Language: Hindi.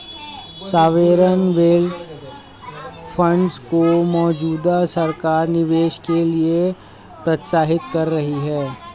सॉवेरेन वेल्थ फंड्स को मौजूदा सरकार निवेश के लिए प्रोत्साहित कर रही है